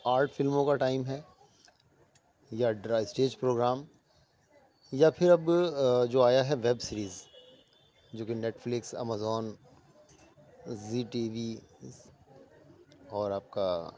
art فلموں کا time ہے یا ڈرائی اسٹیج پروگرام یا پھر اب جو آیا ہے ویب سیریز جو کہ Netflix Amazon Zee TV اور آپ کا